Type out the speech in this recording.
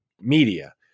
media